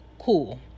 Cool